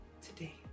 today